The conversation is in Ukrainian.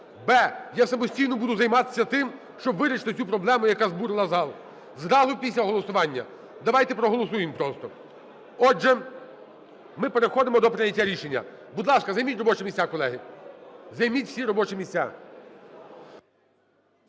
б) я самостійно буду займатися тим, щоб вирішити цю проблему, яка збурила зал. Зразу після голосування. Давайте проголосуємо просто. Отже, ми переходимо до прийняття рішення. Будь ласка, займіть робочі місця, колеги. Займіть всі робочі місця.